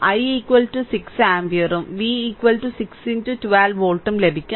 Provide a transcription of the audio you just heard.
i 6 ആമ്പിയറും v 6 12 വോൾട്ടും ലഭിക്കും